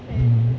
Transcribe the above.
mm